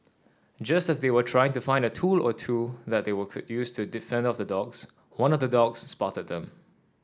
just as they were trying to find a tool or two that they could use to off the dogs one of the dogs spotted them